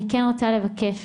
אני כן רוצה לבקש,